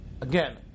again